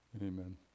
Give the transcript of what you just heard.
Amen